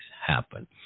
happen